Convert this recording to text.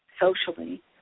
socially